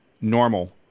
normal